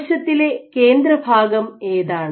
കോശത്തിലെ കേന്ദ്രഭാഗം ഏതാണ്